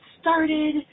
started